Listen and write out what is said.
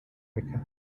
mecca